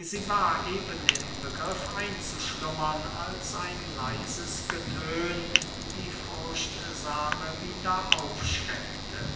sie war eben im begriff einzuschlummern als ein leises getön die furchtsame wieder aufschreckte